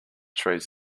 trees